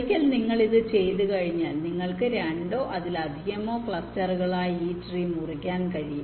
ഒരിക്കൽ നിങ്ങൾ ഇത് ചെയ്തുകഴിഞ്ഞാൽ നിങ്ങൾക്ക് രണ്ടോ അതിലധികമോ ക്ലസ്റ്ററുകളായി ഈ ട്രീ മുറിക്കാൻ കഴിയും